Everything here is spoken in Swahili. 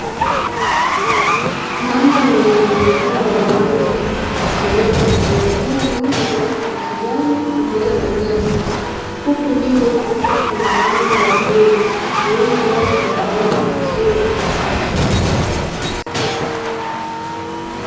Mandhari yenye muonekano wa uwanda wa kijani uliojaa miti ya kijani pamoja na nyasi, huku juu kukiwa kuna anga la bluu lililojazwa na mawingu mazuri yenye rangi nyeupe.